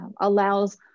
allows